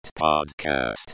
podcast